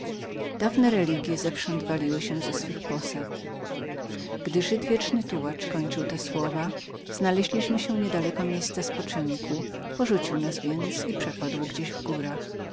dawne religie zewsząd waliły się ze swych posad gdy żyd wieczny tułacz kończył te sławasłowa znaleźliśmy się niedaleko miejsca spoczynku porzucił nas więc i przepadł gdzieś w górach